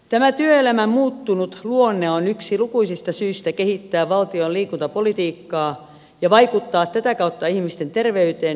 tämä työelämän muuttunut luonne on yksi lukuisista syistä kehittää valtion liikuntapolitiikkaa ja vaikuttaa tätä kautta ihmisten terveyteen ja hyvinvointiin